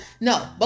no